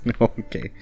Okay